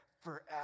forever